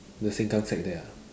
the Sengkang side there ah